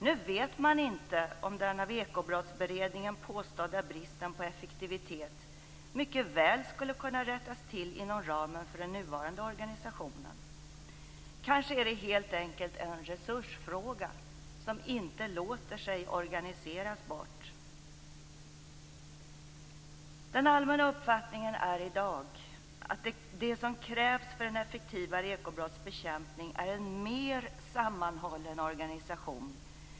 Nu vet man inte om den av Ekobrottsberedningen påstådda bristen på effektivitet mycket väl skulle kunna rättas till inom ramen för den nuvarande organisationen. Kanske är det helt enkelt en resursfråga som inte låter sig organiseras bort? Den allmänna uppfattningen i dag är att det som krävs för en effektivare ekobrottsbekämpning är en mer sammanhållen organisation.